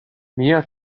mia